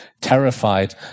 terrified